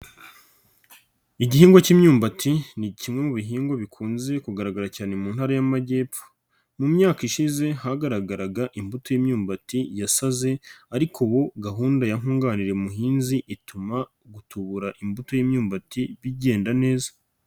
Igihingwa cy'imyumbati, ni kimwe mu bihingwa bikunze kugaragara cyane mu Ntara y'Amajyepfo. Mu myaka ishize hagaragaraga imbuto y'imyumbati yasaze ariko ubu gahunda ya nkunganire muhinzi ituma gutubura imbuto y'imyumbati bigenda neza.